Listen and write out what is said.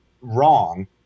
wrong